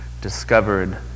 discovered